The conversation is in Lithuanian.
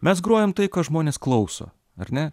mes grojam tai ką žmonės klauso ar ne